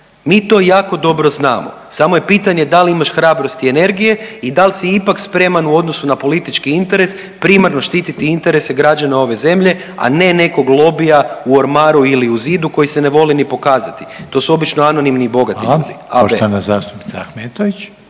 Mi to jako dobro znamo, samo je pitanje dal imaš hrabrosti i energije i dal si ipak spreman u odnosu na politički interes primarno štititi interese građana ove zemlje, a ne nekog lobija u ormaru ili u zidu koji se ne voli ni pokazati, to su obično anonimni i bogati ljudi…/Govornik se